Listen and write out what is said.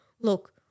Look